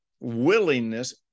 willingness